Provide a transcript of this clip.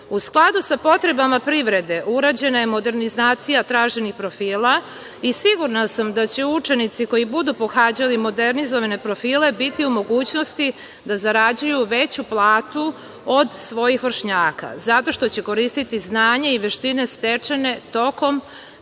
skladu sa potrebama privrede, urađena je modernizacija traženih profila i sigurna sam da će učenici koji budu pohađali modernizovane profile, biti u mogućnosti da zarađuju veću platu od svojih vršnjaka, zato što će koristiti veštine i znanje, stečene tokom